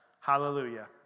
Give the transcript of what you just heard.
hallelujah